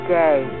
day